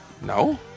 No